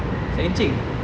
say encik